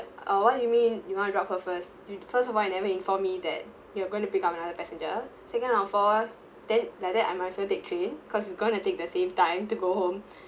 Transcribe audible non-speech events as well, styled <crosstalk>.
uh what do you mean you want to drop her first first of all you never inform me that you're going to pick up another passenger second of all then like that I might as well take train because it's gonna take that same time to go home <breath>